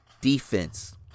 Defense